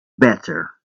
better